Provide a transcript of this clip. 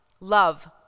love